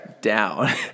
down